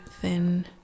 thin